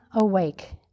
awake